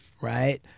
right